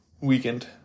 weekend